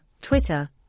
Twitter